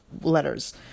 letters